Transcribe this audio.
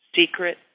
secret